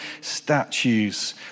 statues